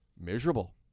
miserable